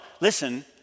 listen